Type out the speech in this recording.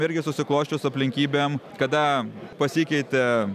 irgi susiklosčius aplinkybėm kada pasikeitė